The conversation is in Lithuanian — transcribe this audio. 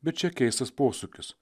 bet čia keistas posūkis